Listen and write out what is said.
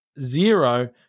zero